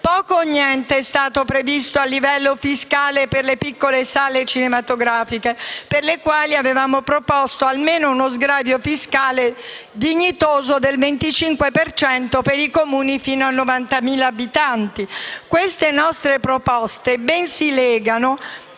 Poco o niente è stato previsto a livello fiscale per le piccole sale cinematografiche, per le quali avevamo proposto almeno uno sgravio fiscale dignitoso del 25 per cento nei Comuni fino a 90.000 abitanti. Queste nostre proposte ben si legano